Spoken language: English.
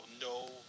no